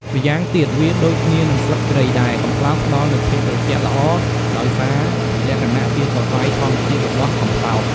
ម្យ៉ាងទៀតវាដូចគ្នានឹងស្លឹកជ្រៃដែរ កំប្លោកផ្ដល់នូវភាពត្រជាក់ល្អ ដោយសារលក្ខណៈជាសរសៃធម្មជាតិរបស់កំប្លោក។